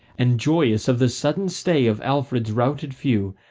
and joyous of the sudden stay of alfred's routed few,